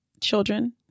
children